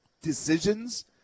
decisions